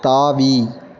தாவி